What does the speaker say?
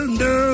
no